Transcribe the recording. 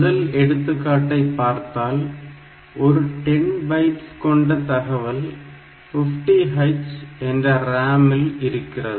முதல் எடுத்துக்காட்டை பார்த்தால் ஒரு 10 பைட்ஸ் கொண்ட தகவல் 50h என்ற ராம் ல் இருக்கிறது